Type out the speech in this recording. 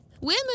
Women